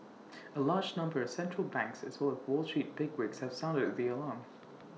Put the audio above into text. A large number of central banks as well as wall street bigwigs have sounded the alarm